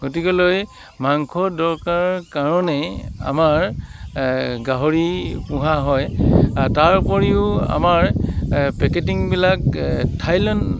গতিকেলৈ মাংস দৰকাৰ কাৰণে আমাৰ গাহৰি পোহা হয় তাৰ উপৰিও আমাৰ পেকেটিংবিলাক থাইলেণ্ড